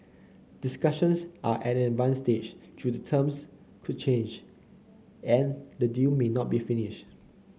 discussions are at an advanced stage though the terms could change and the deal may not be finished